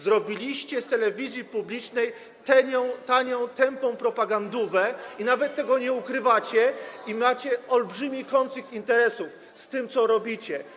Zrobiliście z telewizji publicznej tanią, tępą propagandówę i nawet tego nie ukrywacie, i macie olbrzymi konflikt interesów z tym, co robicie.